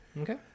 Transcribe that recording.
Okay